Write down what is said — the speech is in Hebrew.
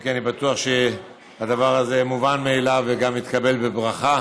אם כי אני בטוח שהדבר הזה מובן מאליו וגם מתקבל בברכה: